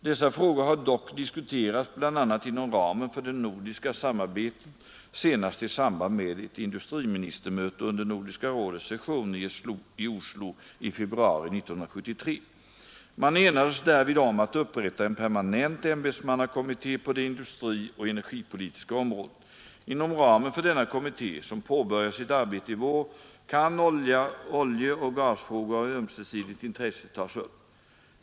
Dessa frågor har dock diskuterats bl.a. inom ramen för det nordiska samarbetet, senast i samband med ett industriministermöte under Nordiska rådets session i Oslo i februari 1973. Man enades därvid om att upprätta en permanent ämbetsmannakommitté på det industrioch energipolitiska området. Inom ramen för denna kommitté — som påbörjar sitt arbete i vår — kan oljeoch gasfrågor av ömsesidigt intresse tas upp.